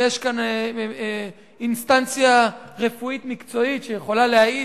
ויש כאן אינסטנציה רפואית-מקצועית שיכולה להעיד